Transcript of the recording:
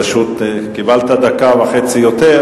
פשוט קיבלת דקה וחצי יותר.